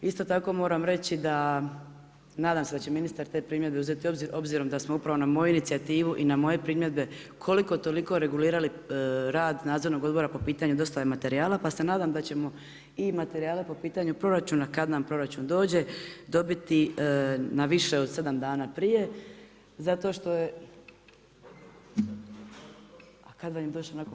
Isto tako moram reći da nadam se da će ministar te primjedbe uzeti u obzir obzirom da smo upravo na moju inicijativu i na moje primjedbe koliko toliko regulirali rad Nadzornog odbora po pitanju dostave materijala, pa se nadam da ćemo i materijale po pitanju proračuna kad nam proračun dođe dobiti na više od 7 dana prije zato što ...… [[Upadica sa strane, ne čuje se.]] A kad vam je došao prije?